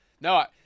No